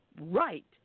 right